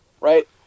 right